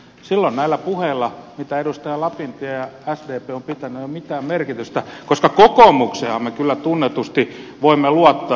silloin näillä puheilla mitä edustaja lapintie ja sdp ovat pitäneet ei ole mitään merkitystä koska kokoomukseenhan me kyllä tunnetusti voimme luottaa